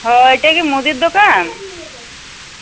হ এটা কি মুদির দোকান